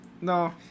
No